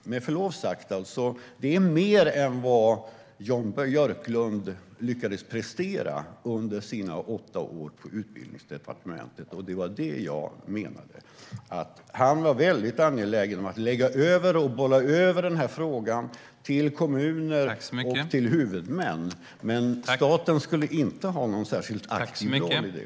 Med förlov sagt: Det är mer än vad Jan Björklund lyckades prestera under sina åtta år på Utbildningsdepartementet. Det var det jag menade. Han var väldigt angelägen om att lägga över och bolla över frågan till kommuner och till huvudmän. Men staten skulle inte ha någon särskilt aktiv roll i det.